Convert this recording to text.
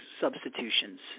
substitutions